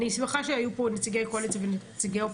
אני שמחה שהיו פה נציגי קואליציה ואופוזיציה,